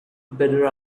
better